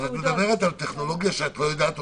אז את מדברת על טכנולוגיה שאת עוד לא יודעת מהי?